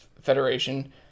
Federation